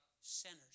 Sinners